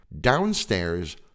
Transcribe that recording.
downstairs